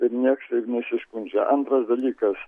ir nieks taip nesiskundžia antras dalykas